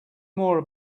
more